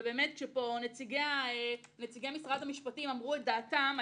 ובאמת שפה נציגי משרד המשפטים אמרו את דעתם,